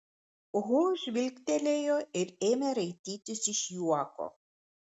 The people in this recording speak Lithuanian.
ho žvilgtelėjo ir ėmė raitytis iš juoko